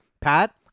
Pat